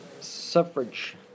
suffrage